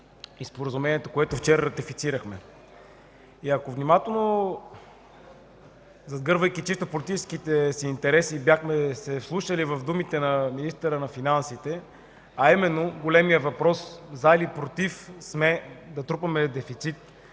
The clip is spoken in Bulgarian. и Споразумението, което вчера ратифицирахме. Ако внимателно, загърбвайки чисто политическите си интереси, бяхме се вслушали в думите на министъра на финансите, а именно големият въпрос „за” или „против” сме да трупаме дефицит